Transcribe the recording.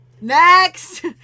Next